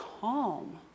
calm